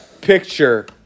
picture